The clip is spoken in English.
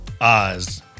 Oz